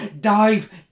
Dive